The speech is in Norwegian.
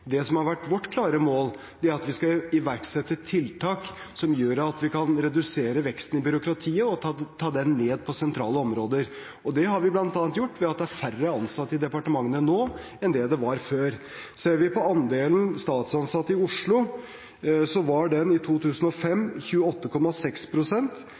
Det som har vært vårt klare mål, er at vi skal iverksette tiltak som gjør at vi kan redusere veksten i byråkratiet og ta den ned på sentrale områder. Og det har vi gjort bl.a. ved at det er færre ansatte i departementene nå enn det var før. Ser vi på andelen statsansatte i Oslo, var den i